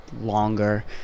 longer